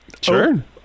sure